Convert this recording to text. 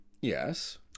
Yes